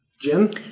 Jim